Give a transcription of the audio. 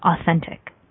authentic